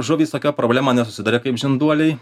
žuvys tokia problema nesusiduria kaip žinduoliai